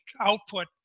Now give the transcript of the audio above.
output